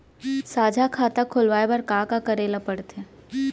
साझा खाता खोलवाये बर का का करे ल पढ़थे?